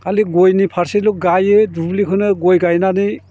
खालि गयनि फारसेल' गायो दुब्लिखौनो गय गायनानै